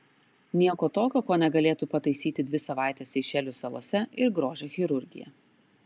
nieko tokio ko negalėtų pataisyti dvi savaitės seišelių salose ir grožio chirurgija